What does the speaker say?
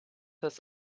his